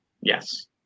yes